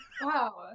Wow